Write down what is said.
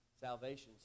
Salvation's